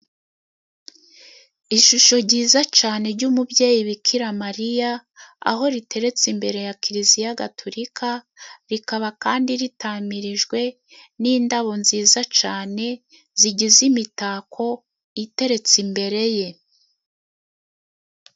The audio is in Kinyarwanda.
Ishusho ryiza cyane, ry'umubyeyi Bikiramariya, aho riteretse imbere ya kiliziya gatulika, rikaba kandi ritamirijwe n'indabo nziza cyane, zigize imitako iteretse imbere ye.